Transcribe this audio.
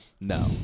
No